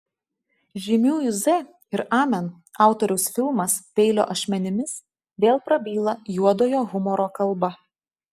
žymiųjų z ir amen autoriaus filmas peilio ašmenimis vėl prabyla juodojo humoro kalba